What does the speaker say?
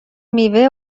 میوه